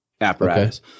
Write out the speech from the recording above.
apparatus